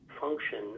function